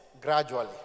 gradually